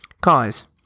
guys